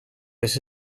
this